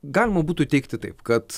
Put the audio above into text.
galima būtų teigti taip kad